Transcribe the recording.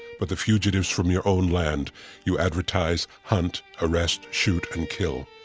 but the fugitives from your own land you advertise, hunt, arrest, shoot and kill.